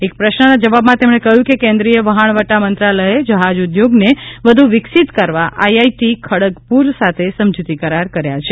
એક પ્રશ્નના જવાબમાં તેમણે કહ્યું કે કેન્દ્રીય વહાણવટા મંત્રાલયે જહાજ ઉદ્યોગને વધુ વિકસિત કરવા આઈઆઈટી ખડગપુર સાથે સમજુતી કરાર કર્યા છે